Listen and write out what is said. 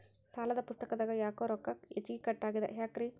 ಸಾಲದ ಪುಸ್ತಕದಾಗ ಯಾಕೊ ರೊಕ್ಕ ಹೆಚ್ಚಿಗಿ ಕಟ್ ಆಗೆದ ಯಾಕ್ರಿ?